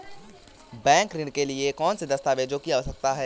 Bank ऋण के लिए कौन से दस्तावेजों की आवश्यकता है?